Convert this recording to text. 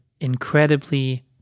incredibly